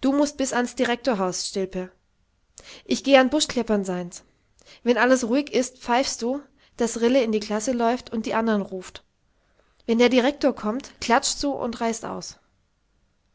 du mußt bis ans direktorhaus stilpe ich geh an buschkleppern seins wenn alles ruhig ist pfeifst du daß rille in die classe läuft und die andern ruft wenn der direktor kommt klatschst du und reißt aus